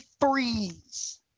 Freeze